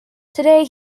today